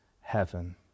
heaven